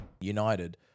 United